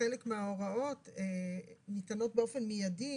שחלק מההוראות ניתנות באופן מידי